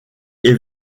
est